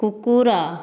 କୁକୁର